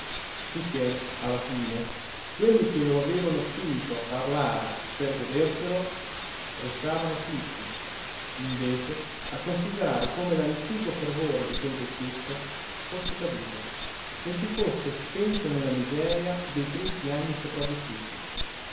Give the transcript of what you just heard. sicché alla fine quelli che lo avevano spinto a parlare per goderselo restavano afflitti invece a considerare come l'antico fervore di quel vecchietto fosse caduto e si fosse spento nella miseria dei tristi anni sopravvissuti